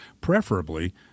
preferably